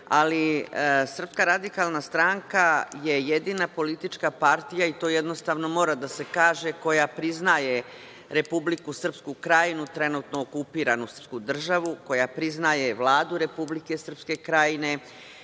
ministre, ali SRS je jedina politička partija i to jednostavno mora da se kaže koja priznaje Republiku Srpsku Krajinu, trenutno okupiranu srpsku državu, koja priznaje Vladu Republike Srpske Krajine,